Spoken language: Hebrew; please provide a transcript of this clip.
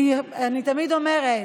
אני תמיד אומרת,